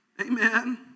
Amen